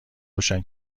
روشن